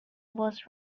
was